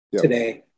today